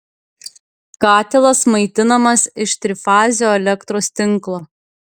katilas maitinamas iš trifazio elektros tinklo